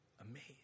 Amazed